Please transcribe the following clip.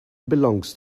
belongs